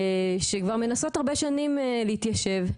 שכבר מנסות הרבה שנים להתיישב.